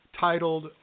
titled